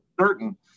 certain